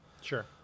Sure